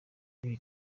ibi